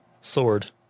sword